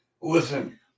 listen